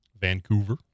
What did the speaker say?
Vancouver